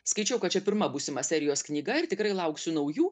skaičiau kad čia pirma būsimos serijos knyga ir tikrai lauksiu naujų